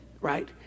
right